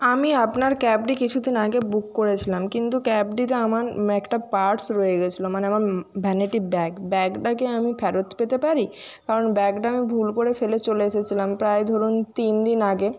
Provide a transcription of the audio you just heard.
আমি আপনার ক্যাবটি কিছু দিন আগে বুক করেছিলাম কিন্তু ক্যাবটিতে আমার একটা পার্স রয়ে গিয়েছিলো মানে ভ্যানিটি ব্যাগ ব্যাগটা কি আমি ফেরত পেতে পারি কারণ ব্যাগটা আমি ভুল করে ফেলে চলে এসেছিলাম প্রায় ধরুন তিন দিন আগে